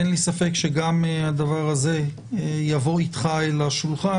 ואין לי ספק שגם הדבר זה יבוא איתך אל השולחן,